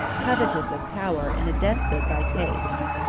covetous of power, and a despot by taste.